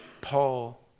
Paul